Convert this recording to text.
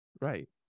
right